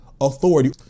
authority